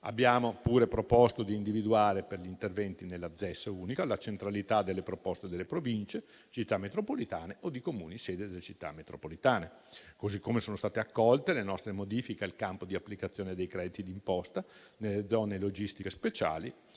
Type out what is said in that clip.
Abbiamo anche proposto di individuare per gli interventi nella ZES unica la centralità delle proposte delle Province, Città metropolitane o di Comuni sede delle Città metropolitane, così come sono state accolte le nostre modifiche al campo di applicazione dei crediti d'imposta nelle zone logistiche speciali